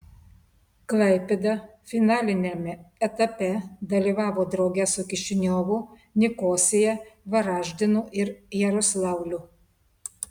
klaipėda finaliniame etape dalyvavo drauge su kišiniovu nikosija varaždinu ir jaroslavliu